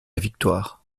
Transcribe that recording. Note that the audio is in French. victoire